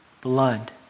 blood